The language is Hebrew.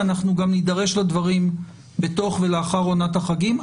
ואנחנו גם נידרש לדברים בתוך ולאחר עונת החגים.